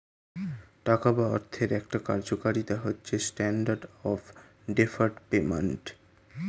টাকা বা অর্থের একটা কার্যকারিতা হচ্ছে স্ট্যান্ডার্ড অফ ডেফার্ড পেমেন্ট